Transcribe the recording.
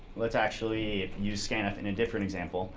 let's actually use scanf in a different example